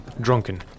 drunken